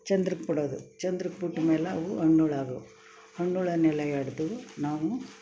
ಚಂದ್ರಕ್ಕೆ ಬಿಡೋದು ಚಂದ್ರಕ್ಕೆ ಬಿಟ್ಟ ಮೇಲೆ ಅವು ಹಣ್ಣುಳಾಗು ಹಣ್ಣುಗಳನೆಲ್ಲ ಎಡೆದು ನಾವು